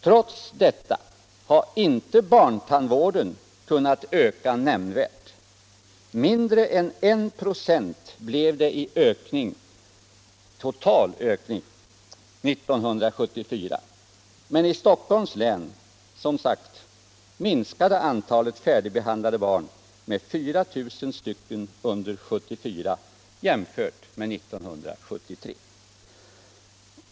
Trots detta har inte barntandvården kunnat öka nämnvärt. Mindre än 1 96 blev det i ökning totalt år 1974, men i Stockholms län minskade, som sagt, antalet färdigbehandlade barn med 4000 under 1974 jämfört med 1973.